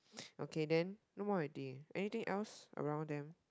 okay then no more already anything else around them